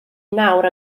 nawr